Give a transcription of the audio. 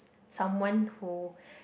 someone who